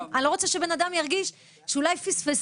אני לא רוצה שבן אדם ירגיש שאולי פספסו